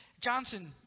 Johnson